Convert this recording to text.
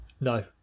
No